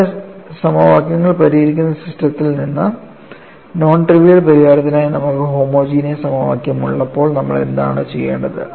നിങ്ങളുടെ സമവാക്യങ്ങൾ പരിഹരിക്കുന്ന സിസ്റ്റത്തിൽ നിന്ന് നോൺ ട്രിവിയൽ പരിഹാരത്തിനായി നമുക്ക് ഹോമോജീനിയസ് സമവാക്യം ഉള്ളപ്പോൾ നമ്മൾ എന്താണ് ചെയ്യേണ്ടത്